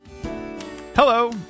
Hello